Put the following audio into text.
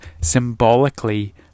symbolically